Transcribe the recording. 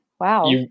Wow